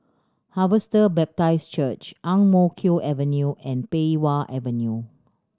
Harvester Baptist Church Ang Mo Kio Avenue and Pei Wah Avenue